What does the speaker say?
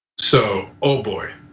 so, ah boy,